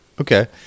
Okay